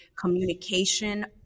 communication